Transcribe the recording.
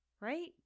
Right